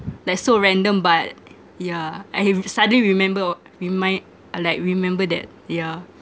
like so random but yeah I suddenly remember we might uh like remember that yeah